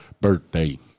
birthday